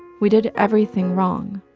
we did everything wrong